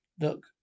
Look